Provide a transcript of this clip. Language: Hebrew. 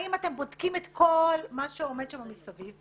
האם אתם בודקים את כל מה שעומד שם מסביב,